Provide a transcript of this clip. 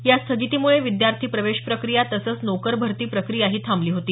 या स्थगितीमुळे विद्यार्थी प्रवेश प्रक्रिया तसंच नोकर भरती प्रक्रियाही थांबली होती